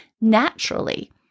naturally